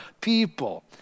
people